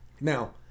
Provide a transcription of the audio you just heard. Now